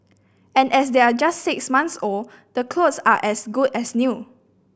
and as they're just six months old the clothes are as good as new